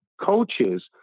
coaches